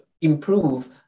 improve